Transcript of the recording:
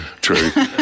true